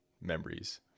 memories